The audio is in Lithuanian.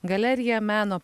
galerija meno